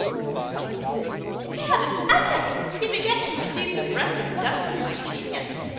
heroic, is it? bedad, it's epic! ye begin to perceive the breadth and depth of my genius.